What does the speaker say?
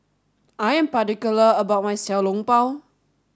I am particular about my Xiao Long Bao